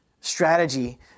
strategy